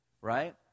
right